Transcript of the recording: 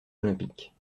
olympique